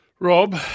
Rob